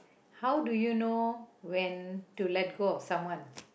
how do you know when to let go of someone